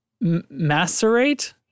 macerate